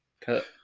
Cut